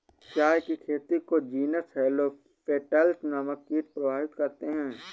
चाय की खेती को जीनस हेलो पेटल्स नामक कीट प्रभावित करते हैं